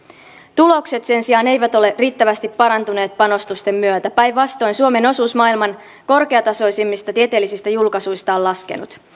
tulokset sen sijaan eivät ole riittävästi parantuneet panostusten myötä päinvastoin suomen osuus maailman korkeatasoisimmista tieteellisistä julkaisuista on laskenut